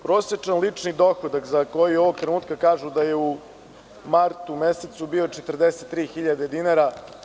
Prosečan lični dohodak za koji ovog trenutak kažu da je martu mesecu bio 43 hiljade dinara.